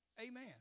amen